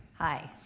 hi.